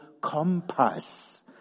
compass